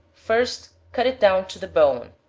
first cut it down to the bone,